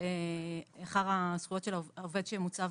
אחר הזכויות של העובד שמוצב